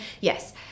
yes